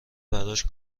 براش